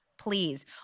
please